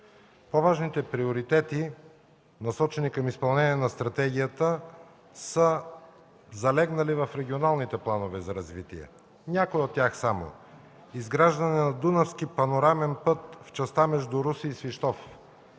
По-важните приоритети, насочени към изпълнение на стратегията, са залегнали в регионалните планове за развитие. Някои от тях са: изграждане на Дунавски панорамен път в частта между Русе и Свищов;